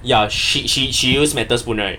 ya she she she use metal spoon right